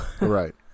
right